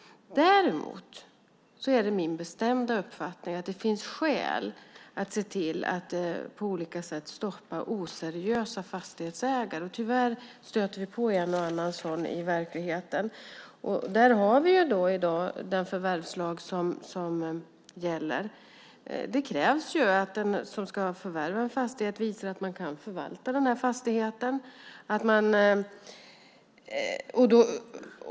Däremot är det min bestämda uppfattning att det finns skäl att se till att på olika sätt stoppa oseriösa fastighetsägare. Tyvärr stöter vi på en och annan sådan i verkligheten, och där har vi i dag den förvärvslag som gäller. Det krävs att den som ska förvärva en fastighet visar att man kan förvalta den här fastigheten.